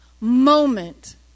moment